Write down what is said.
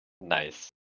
Nice